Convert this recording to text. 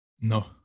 No